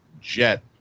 jet